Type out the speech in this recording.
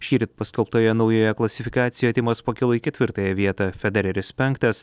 šįryt paskelbtoje naujoje klasifikacijoje timas pakilo į ketvirtąją vietą federeris penktas